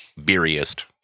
beeriest